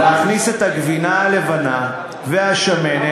להכניס את הגבינה הלבנה והשמנת,